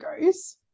goes